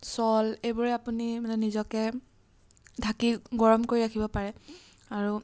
shawl এইবোৰে আপুনি মানে ঢাকি গৰম কৰি ৰাখিব পাৰে আৰু